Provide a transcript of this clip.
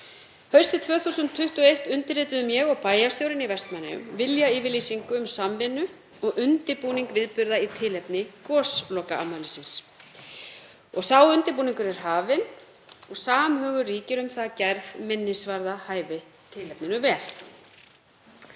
Haustið 2021 undirrituðum ég og bæjarstjórinn í Vestmannaeyjum viljayfirlýsingu um samvinnu og undirbúning viðburða í tilefni goslokaafmælisins. Sá undirbúningur er hafinn og samhugur ríkir um að gerð minnisvarða hæfi tilefninu vel.